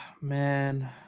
man